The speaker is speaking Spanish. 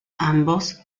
ambos